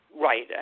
Right